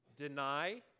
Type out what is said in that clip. deny